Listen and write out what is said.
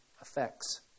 effects